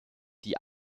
die